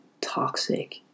toxic